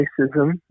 racism